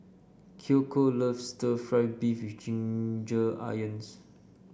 Kiyoko loves stir fry beef with Ginger Onions